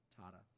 Tata